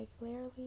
regularly